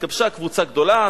התגבשה קבוצה גדולה,